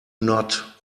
not